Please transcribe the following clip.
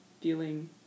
feeling